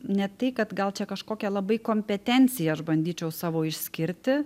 ne tai kad gal čia kažkokia labai kompetenciją aš bandyčiau savo išskirti